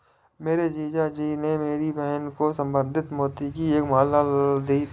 मेरे जीजा जी ने मेरी बहन को संवर्धित मोती की एक माला दी है